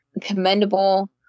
commendable